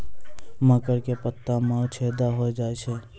मकर के पत्ता मां छेदा हो जाए छै?